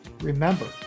Remember